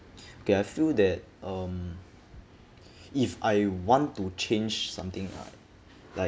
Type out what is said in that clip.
okay I feel that um if I want to change something right like